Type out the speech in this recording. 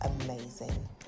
amazing